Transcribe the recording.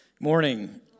Morning